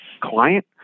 client